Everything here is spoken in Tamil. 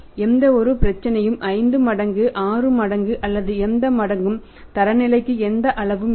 எந்தவொரு பிரச்சினையும் 5 மடங்கு 6 மடங்கு அல்லது எந்த மடங்கும் தரநிலைக்கு எந்த அளவும் இல்லை